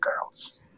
girls